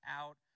out